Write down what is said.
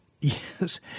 yes